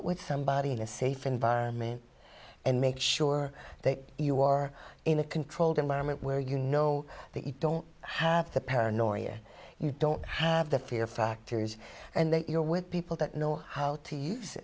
it with somebody in a safe environment and make sure that you are in a controlled environment where you know that you don't have the paranoia you don't have the fear factors and that you're with people that know how to use